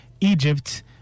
Egypt